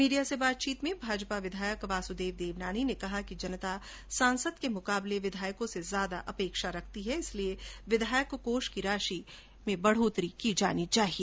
media से बातचीत में भाजपा विधायक वासुदेव देवनानी ने कहा कि जनता सांसद के मुकाबले विधायकों से ज्यादा अपेक्षा करती है इसलिए विधायक कोष की राषि बढाई जानी चाहिए